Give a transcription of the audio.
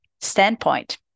standpoint